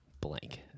blank